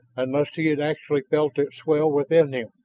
unless he had actually felt it swell within him.